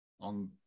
on